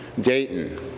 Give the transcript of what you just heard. Dayton